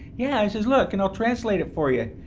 yeah look, and we'll translate it for you.